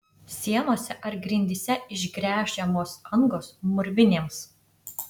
sienose ar grindyse išgręžiamos angos mūrvinėms